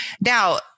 Now